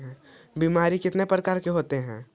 बीमारी कितने प्रकार के होते हैं?